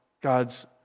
God's